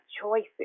choices